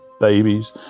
babies